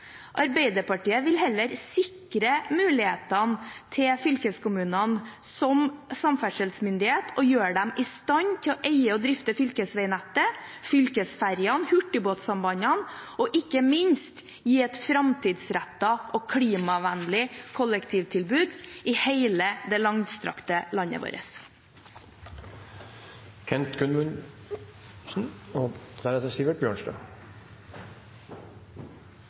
Arbeiderpartiet vil heller sikre mulighetene til fylkeskommunene som samferdselsmyndighet og gjøre dem i stand til å eie og drifte fylkesveinettet, fylkesferjene og hurtigbåtsambandene – og ikke minst gi et framtidsrettet og klimavennlig kollektivtilbud i hele det langstrakte landet vårt.